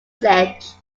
siege